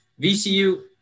VCU